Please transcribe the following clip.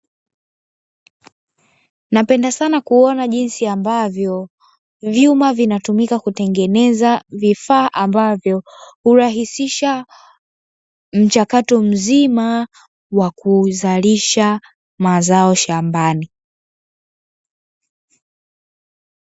Napenda sana kuona jinsi ambavyo vyuma, vinatumika kutengeneza vifaa ambavyo hurahisisha mchakato mzima wa kuzalisha mazao shambani.